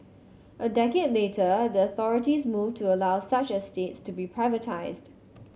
a decade later the authorities moved to allow such estates to be privatised